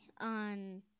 on